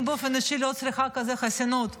אני באופן אישי לא צריכה חסינות כזאת,